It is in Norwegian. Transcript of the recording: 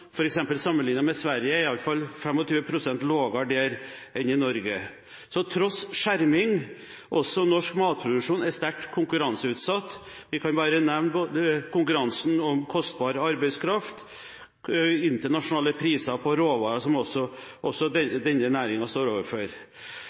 iallfall 25 pst. lavere enn i Norge. Så til tross for skjerming er også norsk matproduksjon sterkt konkurranseutsatt. Vi kan bare nevne konkurransen om kostbar arbeidskraft og internasjonale priser på råvarer, som også